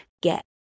get